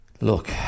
look